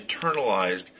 internalized